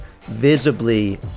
visibly